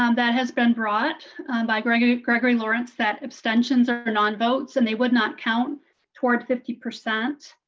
um that has been brought by gregory gregory lawrence that abstentions are are nonvotes and they would not count toward fifty percent.